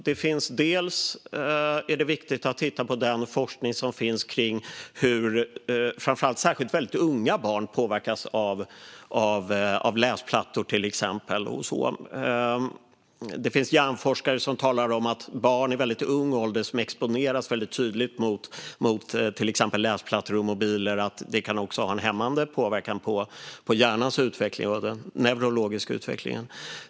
Det är viktigt att titta på den forskning som finns om hur särskilt väldigt unga barn påverkas av till exempel läsplattor. Det finns hjärnforskare som talar om att det kan ha en hämmande påverkan på hjärnans utveckling och den neurologiska utvecklingen hos barn i väldigt ung ålder att exponeras tydligt för till exempel läsplattor och mobiler.